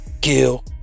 kill